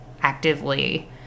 actively